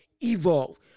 evolve